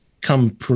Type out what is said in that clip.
come